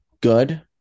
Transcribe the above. good